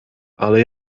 ale